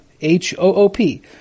H-O-O-P